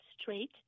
straight